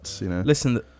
Listen